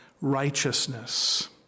righteousness